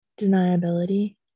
deniability